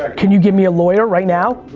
ah can you give me a lawyer right now?